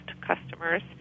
customers